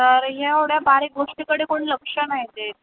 तर ह्या एवढ्या बारीक गोष्टीकडे कोण लक्ष नाही देत